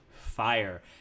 fire